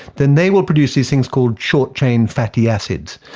then they will produce these things called short chain fatty acids.